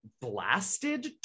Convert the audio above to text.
blasted